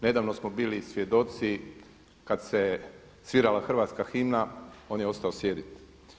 Nedavno smo bili svjedoci kada se svirala Hrvatska himna on je ostao sjediti.